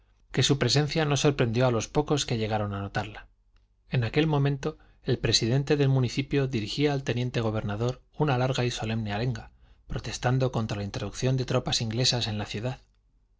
que su presencia no sorprendió a los pocos que llegaron a notarla en aquel momento el presidente del municipio dirigía al teniente gobernador una larga y solemne arenga protestando contra la introducción de tropas inglesas en la ciudad